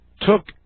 took